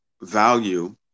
value